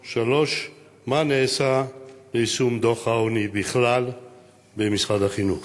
3. מה נעשה ליישום דוח העוני בכלל במשרד החינוך?